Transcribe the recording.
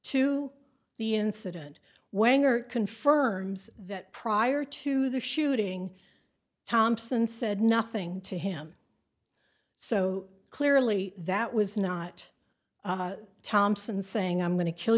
to the incident wenger confirms that prior to the shooting thompson said nothing to him so clearly that was not thompson saying i'm going to kill